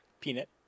Peanut